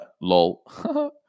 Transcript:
lol